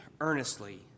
earnestly